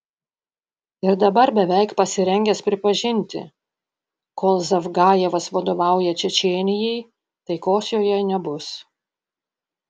ir dabar beveik pasirengęs pripažinti kol zavgajevas vadovauja čečėnijai taikos joje nebus